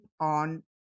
on